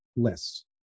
lists